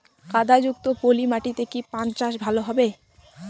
কাদা যুক্ত পলি মাটিতে কি পান চাষ ভালো হবে?